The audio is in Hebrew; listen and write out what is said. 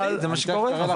זה מה שקורה.